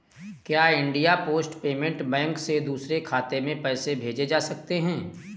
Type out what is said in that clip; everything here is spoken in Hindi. क्या इंडिया पोस्ट पेमेंट बैंक से दूसरे खाते में पैसे भेजे जा सकते हैं?